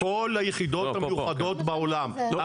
כל היחידות המיוחדות בעולם.